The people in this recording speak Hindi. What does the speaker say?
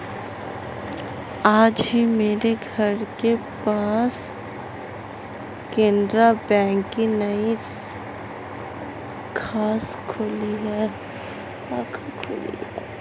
आज ही मेरे घर के पास केनरा बैंक की नई शाखा खुली है